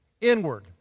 inward